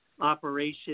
operation